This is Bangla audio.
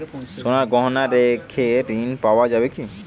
সোনার গহনা রেখে ঋণ পাওয়া যাবে কি?